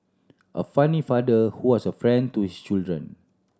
a funny father who was a friend to his children